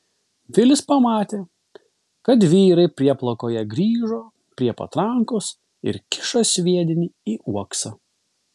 vilis pamatė kad vyrai prieplaukoje grįžo prie patrankos ir kiša sviedinį į uoksą